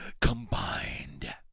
combined